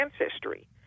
ancestry